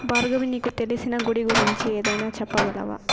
భార్గవి నీకు తెలిసిన గుడి గురించి ఏదైనా చెప్పగలవా